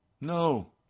No